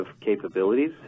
capabilities